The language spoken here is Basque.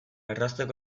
errazteko